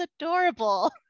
adorable